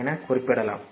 என குறிப்பிடலாம்